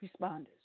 responders